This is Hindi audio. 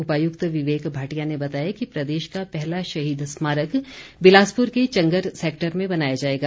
उपायुक्त विवेक भाटिया ने बताया कि प्रदेश का पहला शहीद स्मारक बिलासपुर के चंगर सैक्टर में बनाया जाएगा